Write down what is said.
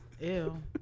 Ew